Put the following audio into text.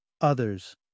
Others